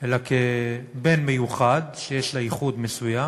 אלא כבן מיוחד, שיש לו ייחוד מסוים,